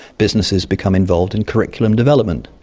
businesses become involved in curriculum development.